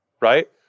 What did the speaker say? right